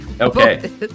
Okay